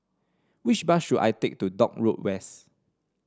which bus should I take to Dock Road West